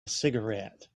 cigarette